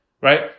right